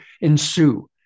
ensue